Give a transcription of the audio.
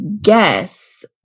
guess